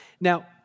Now